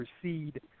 proceed